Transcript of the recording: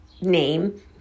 name